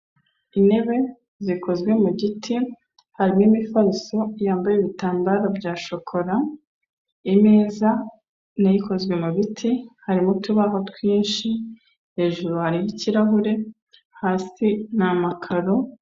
Intebe zikozwe mu giti, hari n'ifariso yambaye ibitambaro bya shokora, imeza na yo ikozwe mu biti, harimo utubaho twinshi hejuru y'ikirahure hasi ni amakaro.